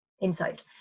insight